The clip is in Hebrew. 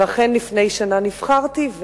ואכן לפני שנה נבחרתי.